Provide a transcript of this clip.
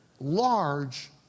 large